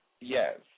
Yes